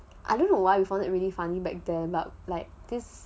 I don't know why we found it really funny back there but like this